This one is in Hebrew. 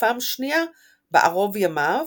ופעם שנייה בערוב ימיו,